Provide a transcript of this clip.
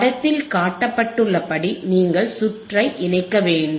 படத்தில் காட்டப்பட்டுள்ளபடி நீங்கள் சுற்றை இணைக்க வேண்டும்